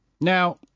Now